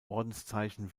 ordenszeichen